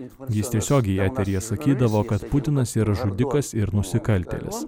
jis tiesiogiai eteryje sakydavo kad putinas yra žudikas ir nusikaltėlis